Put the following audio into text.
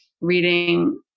reading